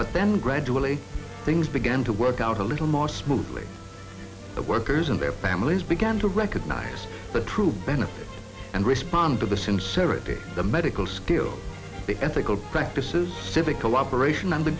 but then gradually things began to work out a little more smoothly the workers and their families began to recognize the true benefit and respond to the sincerity the medical skill the ethical practices civic collaboration and the